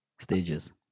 stages